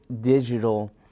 digital